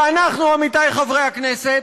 ואנחנו, עמיתי חברי הכנסת,